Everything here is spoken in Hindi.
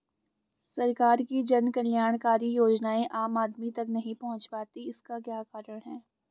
सरकार की जन कल्याणकारी योजनाएँ आम आदमी तक नहीं पहुंच पाती हैं इसका क्या कारण है?